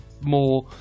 more